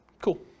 Cool